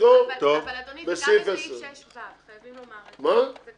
תזכור בסעיף 10. אבל אדוני,